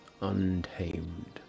untamed